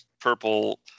purple